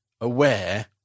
aware